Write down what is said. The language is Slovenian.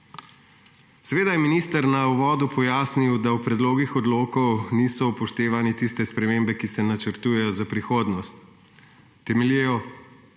Seveda je minister v uvodu pojasnil, da v predlogih odlokov niso upoštevane tiste spremembe, ki se načrtujejo za prihodnost, temeljijo